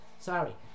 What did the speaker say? sorry